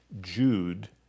Jude